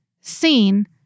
seen